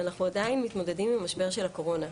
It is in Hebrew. אנחנו עדיין מתמודדים עם המשבר של הקורונה.